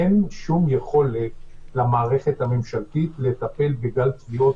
אין שום יכולת למערכת הממשלתית לטפל בגל תביעות